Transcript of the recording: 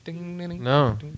No